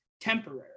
temporary